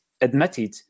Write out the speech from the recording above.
admitted